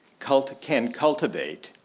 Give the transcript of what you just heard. culture can cultivate